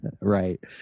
Right